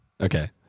Okay